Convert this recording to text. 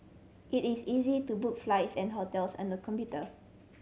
it is easy to book flights and hotels on the computer